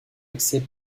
accès